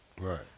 Right